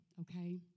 Okay